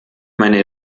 meine